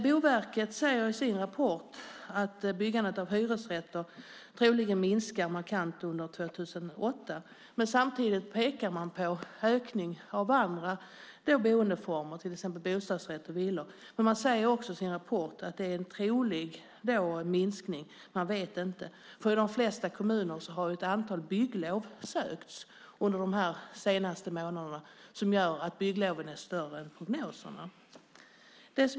Boverket säger i sin rapport att byggandet av hyresrätter troligen minskar markant under 2008, men samtidigt pekar man på en ökning av andra boendeformer, till exempel bostadsrätter och villor. Man säger också i sin rapport att det är en trolig minskning, man vet inte, för i de flesta kommuner har ett antal bygglov sökts under de senaste månaderna som gör att byggloven överstiger prognoserna.